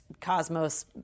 cosmos